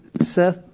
Seth